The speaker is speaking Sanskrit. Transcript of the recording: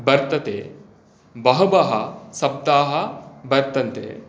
वर्तते बहवः शब्दाः वर्तन्ते